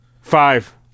Five